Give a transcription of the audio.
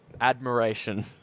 Admiration